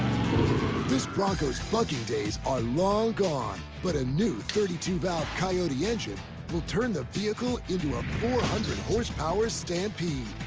this bronco's bucking days are long gone, but a new thirty two valve coyote engine will turn the vehicle into a four hundred horsepower stampede.